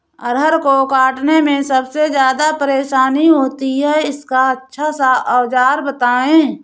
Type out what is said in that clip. अरहर को काटने में सबसे ज्यादा परेशानी होती है इसका अच्छा सा औजार बताएं?